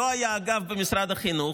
לא היה אגף במשרד החינוך,